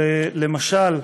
למשל,